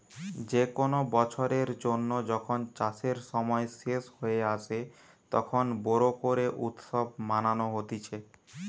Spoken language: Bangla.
যে কোনো বছরের জন্য যখন চাষের সময় শেষ হয়ে আসে, তখন বোরো করে উৎসব মানানো হতিছে